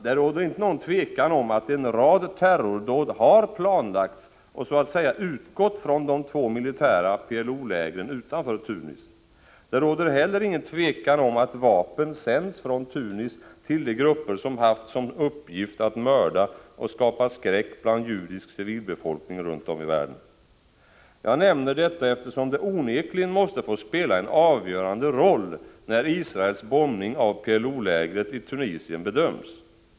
Det råder inte någon tvekan om att en rad terrordåd har planlagts och så att säga utgått från de två militära PLO-lägren utanför Tunis. Det råder heller ingen tvekan om att vapen sänds från Tunis till de grupper som haft som uppgift att mörda och skapa skräck bland judisk civilbefolkning runt om i världen. Jag nämner detta eftersom det onekligen måste få spela en avgörande roll, när Israels bombning av PLO-lägret i Tunisien bedöms.